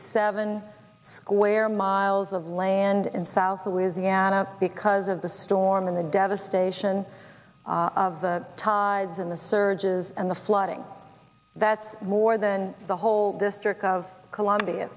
seven square miles of land in south louisiana because of the storm in the devastation of the tides and the surges and the flooding that's more than whole district of columbia